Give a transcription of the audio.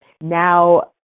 now